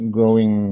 growing